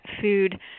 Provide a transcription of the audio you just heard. food